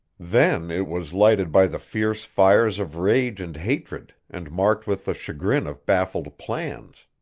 then it was lighted by the fierce fires of rage and hatred, and marked with the chagrin of baffled plans.